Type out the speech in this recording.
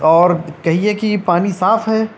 اور کہیے کہ پانی صاف ہے